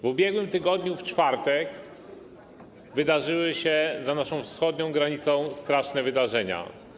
W ubiegłym tygodniu w czwartek wydarzyły się za naszą wschodnią granicą straszne wydarzenia.